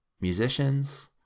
musicians